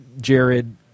Jared